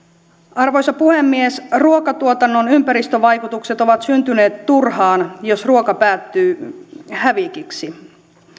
arvoisa puhemies ruokatuotannon ympäristövaikutukset ovat syntyneet turhaan jos ruoka päätyy hävikiksi